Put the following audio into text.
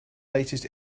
latest